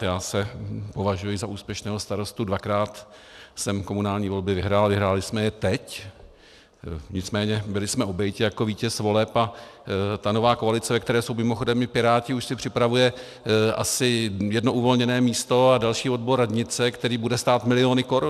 Já se považuji za úspěšného starostu, dvakrát jsem komunální volby vyhrál, vyhráli jsme je teď, nicméně byli jsme obejiti jako vítěz voleb a ta nová koalice, ve které jsou mimochodem i Piráti, už si připravuje asi jedno uvolněné místo a další odbor radnice, který bude stát miliony korun.